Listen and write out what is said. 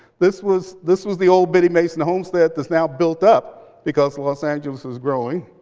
this was this was the old biddy' mason homestead that's now built up because los angeles was growing.